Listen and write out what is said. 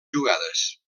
jugades